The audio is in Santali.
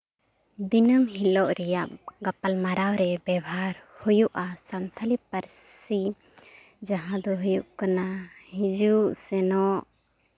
ᱫᱤᱱᱟᱹᱢ ᱦᱤᱞᱳᱜ ᱨᱮᱭᱟᱜ ᱜᱟᱯᱟᱞᱢᱟᱨᱟᱣ ᱨᱮ ᱵᱮᱵᱷᱟᱨ ᱦᱩᱭᱩᱜᱼᱟ ᱥᱟᱱᱛᱟᱲᱤ ᱯᱟᱹᱨᱥᱤ ᱡᱟᱦᱟᱸ ᱫᱚ ᱦᱩᱭᱩᱜ ᱠᱟᱱᱟ ᱦᱤᱡᱩᱜ ᱥᱮᱱᱚᱜ